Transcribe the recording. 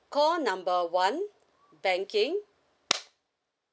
call number one banking